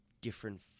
different